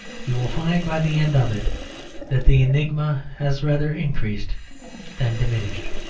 you will find by the end of it that the enigma has rather increased than diminished.